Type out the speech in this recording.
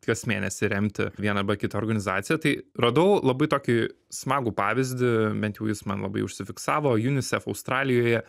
kas mėnesį remti vieną arba kitą organizaciją tai radau labai tokį smagų pavyzdį bent jau jis man labai užsifiksavo unicef australijoje